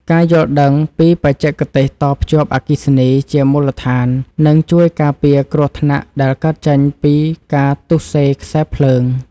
ការយល់ដឹងពីបច្ចេកទេសតភ្ជាប់អគ្គិសនីជាមូលដ្ឋាននឹងជួយការពារគ្រោះថ្នាក់ដែលកើតចេញពីការទុស្សេខ្សែភ្លើង។